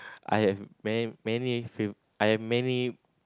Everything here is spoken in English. I have many many fav~ I have many